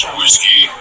Whiskey